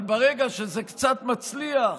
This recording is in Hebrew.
אבל ברגע שזה קצת מצליח